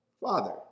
Father